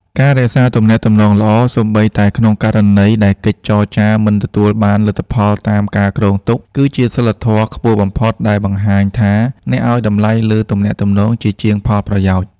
ការរក្សាទំនាក់ទំនងល្អសូម្បីតែក្នុងករណីដែលកិច្ចចរចាមិនទទួលបានលទ្ធផលតាមការគ្រោងទុក គឺជាសីលធម៌ខ្ពស់បំផុតដែលបង្ហាញថាអ្នកឱ្យតម្លៃលើទំនាក់ទំនងជាជាងផលប្រយោជន៍។